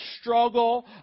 struggle